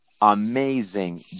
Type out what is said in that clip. amazing